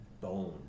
bone